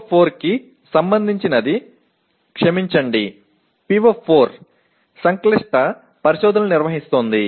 PO4 కి సంబంధించినది క్షమించండి PO4 సంక్లిష్ట పరిశోధనలు నిర్వహిస్తోంది